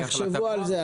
תחשבו על זה.